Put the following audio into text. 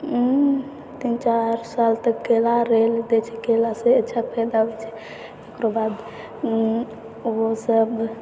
तीन चारि साल तक केला रहैलए दै छै केलासँ अच्छा फाइदा होइ छै ओकरो बाद ओहिसब